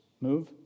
move